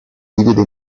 divide